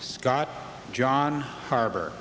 scott john harbor